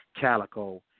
Calico